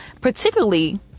particularly